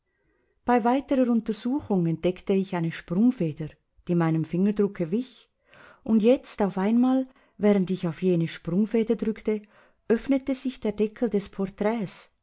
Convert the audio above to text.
bei weiterer untersuchung entdeckte ich eine sprungfeder die meinem fingerdrucke wich und jetzt auf einmal während ich auf jene sprungfeder drückte öffnete sich der deckel des portraits